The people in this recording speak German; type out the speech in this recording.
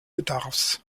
bedarfs